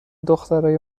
دخترای